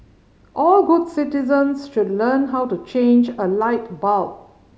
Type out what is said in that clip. all good citizens should learn how to change a light bulb